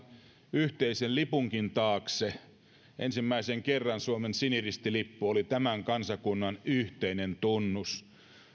yhteisen lipunkin taakse ensimmäisen kerran suomen siniristilippu oli tämän kansakunnan yhteinen tunnus